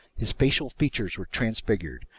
his facial features were transfigured.